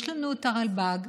יש לנו את הרלב"ד,